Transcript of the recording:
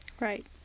Right